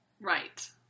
Right